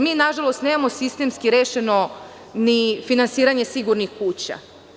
Mi, nažalost, nemamo sistemski rešeno ni finansiranje sigurnih kuća.